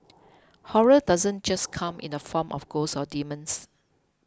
horror doesn't just come in the form of ghosts or demons